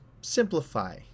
simplify